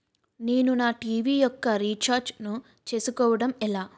నేను నా టీ.వీ యెక్క రీఛార్జ్ ను చేసుకోవడం ఎలా?